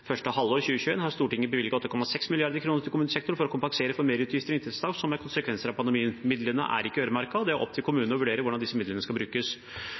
første halvår 2021 har Stortinget bevilget 8,6 mrd. kr til kommunesektoren for å kompensere for merutgifter og inntektstap som er konsekvenser av pandemien. Midlene er ikke øremerket, og det er opp til kommunene å vurdere hvordan disse midlene skal brukes.